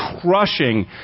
crushing